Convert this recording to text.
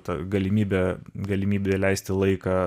ta galimybė galimybė leisti laiką